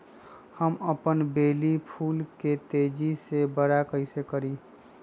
हम अपन बेली फुल के तेज़ी से बरा कईसे करी?